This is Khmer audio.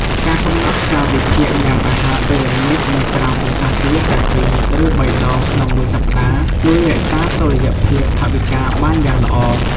ការកំណត់កាលវិភាគញ៉ាំអាហារពេលល្ងាចនៅក្រៅសណ្ឋាគារតែពីរ ឬបីដងក្នុងមួយសប្តាហ៍ ជួយរក្សាតុល្យភាពថវិកាបានយ៉ាងល្អ។